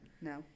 No